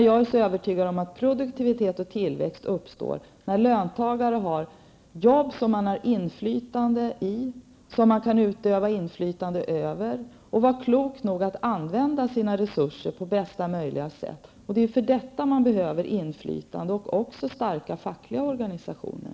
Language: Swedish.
Jag är övertygad om att produktivitet och tillväxt uppstår när löntagare har jobb som de har inflytande i, kan utöva inflytande över och där man är klok nog att använda sina resurser på bästa möjliga sätt. Det är för detta man behöver inflytande och också starka fackliga organisationer.